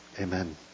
amen